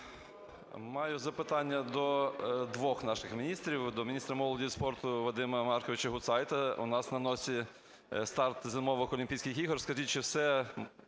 Маю запитання до двох наших міністрів, до міністра молоді і спорту Вадима Марковича Гутцайта. У нас на носі старт зимовий Олімпійських ігор. Скажіть, чи все